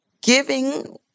giving